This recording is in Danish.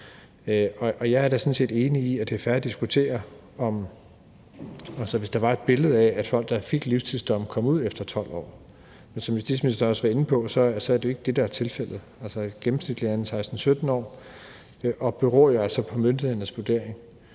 set enig i, at det ville være fair at diskutere det, altså hvis der var et billede af, at folk, der fik livstidsdomme, kom ud efter 12 år. Men som justitsministeren også har været inde på, er det jo ikke det, der er tilfældet. Altså, gennemsnittet er 16-17 år – og det beror jo altså på myndighedernes vurdering.